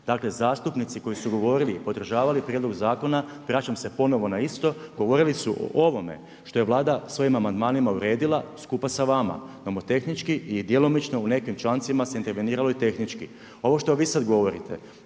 Dakle zastupnici koji su govorili i podržavali prijedlog zakona, vraćam se ponovo na isto, govorili su o ovome što je Vlada svojim amandmanima uredila skupa sa vama, nomotehnički i djelomično u nekim člancima se interveniralo i tehnički. Ovo što vi sada govorite